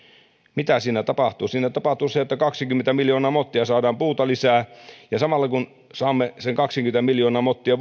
mitä siinä tapahtuu siinä tapahtuu se että kaksikymmentä miljoonaa mottia saadaan puuta lisää ja samalla kun saamme vuodessa sen kaksikymmentä miljoonaa mottia